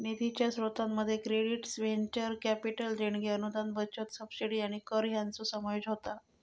निधीच्या स्रोतांमध्ये credits, venture capital देणग्या, अनुदान, बचत, सबसिडी आणि कर हयांचो समावेश होता